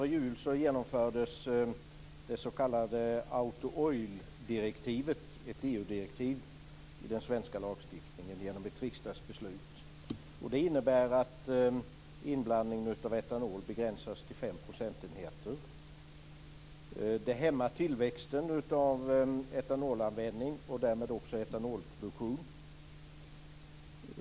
EU-direktiv, i den svenska lagstiftningen genom ett riksdagsbeslut. Det innebär att inblandningen av etanol begränsas till fem procentenheter. Det hämmar tillväxten av etanolanvändning och etanolproduktion.